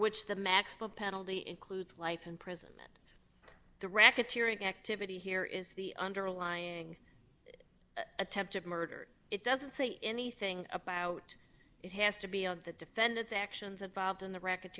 which the maximum penalty includes life imprisonment the racketeering activity here is the underlying attempted murder it doesn't say anything about it has to be on the defendant's actions evolved in the r